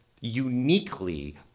uniquely